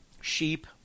sheep